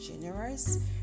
generous